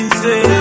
say